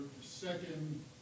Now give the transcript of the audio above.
second